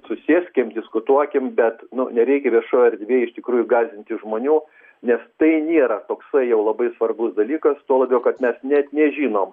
susėskim diskutuokim bet nereikia viešoj erdvėj iš tikrųjų gąsdinti žmonių nes tai nėra toksai jau labai svarbus dalykas tuo labiau kad mes net nežinom